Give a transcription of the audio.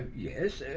yes.